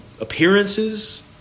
appearances